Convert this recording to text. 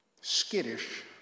Skittish